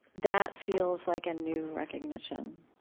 that feels like a new recognition